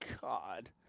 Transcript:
god